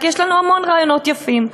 כי יש לנו המון רעיונות יפים.